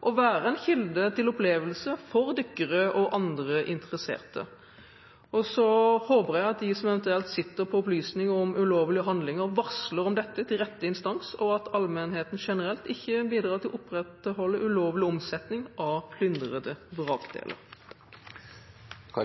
være en kilde til opplevelse for dykkere og andre interesserte. Og jeg håper at de som eventuelt sitter på opplysninger om ulovlige handlinger, varsler om dette til rette instans, og at allmennheten generelt ikke bidrar til å opprettholde ulovlig omsetning av plyndrede vrakdeler. Takk for